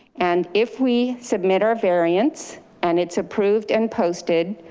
and if we submit our variance and it's approved and posted,